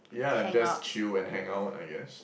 yeah and just chill and hang out I guess